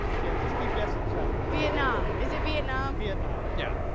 yeah, just keep guessing china. vietnam? is it vietnam? vietnam. yeah,